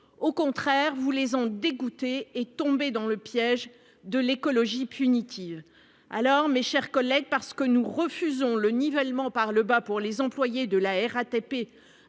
Au contraire, vous les en dégoûtez et tombez dans le piège de l'écologie punitive. Mes chers collègues, pour éviter un nivellement par le bas pour les employés de la RATP